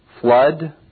flood